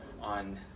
on